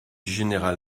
général